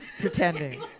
Pretending